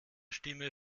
stimme